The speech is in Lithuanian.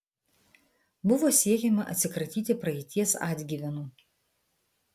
buvo siekiama atsikratyti praeities atgyvenų